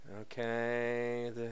Okay